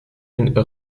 une